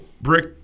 Brick